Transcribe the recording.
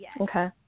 Okay